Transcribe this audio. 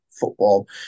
football